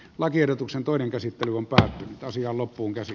lakiehdotuksen toinen käsittely on pari asiaa loppuun käsi